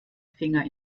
finger